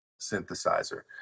synthesizer